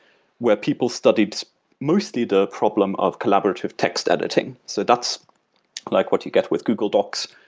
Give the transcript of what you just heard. where people studied mostly the problem of collaborative text editing. so that's like what you get with google docs,